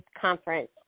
conference